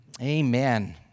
Amen